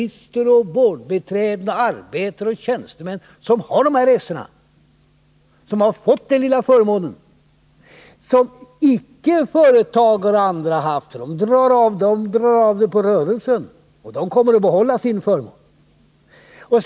Det gäller kontorister, vårdbiträden, arbetare och tjänstemän som har arbetsresor och som har fått den lilla förmånen av reseavdraget. Företagare och andra kategorier kan dra av motsvarande kostnader på rörelsen, och de kommer att behålla sin förmån.